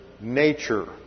nature